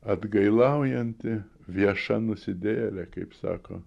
atgailaujanti vieša nusidėjėlė kaip sako